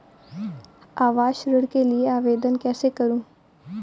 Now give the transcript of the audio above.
आवास ऋण के लिए आवेदन कैसे करुँ?